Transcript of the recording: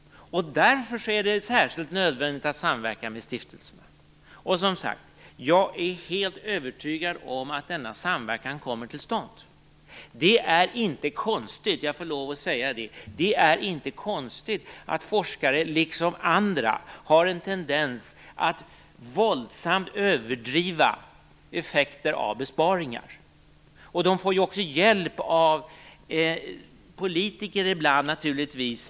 Därför är det särskilt nödvändigt att samverka med stiftelserna. Och som sagt, jag är helt övertygad om att denna samverkan kommer till stånd. Jag får lov att säga att det inte är konstigt att forskare liksom andra har en tendens att våldsamt överdriva effekter av besparingar. Naturligtvis får de också hjälp ibland av politiker.